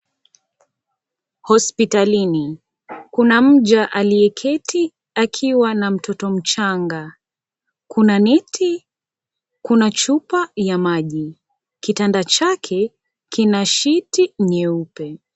Hospitalini, kuna mja aliyeketi akiwa na mtoto mchanga. Kuna neti, kuna chupa ya maji, kitanda chake kina shiti nyeupe.